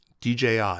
DJI